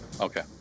Okay